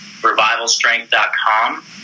revivalstrength.com